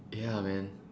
ya man